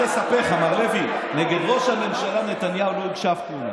מר לוי: נגד ראש הממשלה נתניהו לא הוגשה אף תלונה.